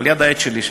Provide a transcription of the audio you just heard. ליד העט שלי.